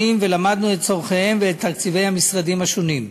ולמדנו את צורכיהם ואת תקציבי המשרדים השונים.